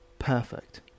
Perfect